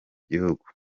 gihugu